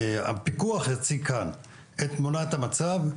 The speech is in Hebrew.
הפיקוח יציג כאן את תמונת המצב,